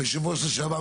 היו"ר לשעבר,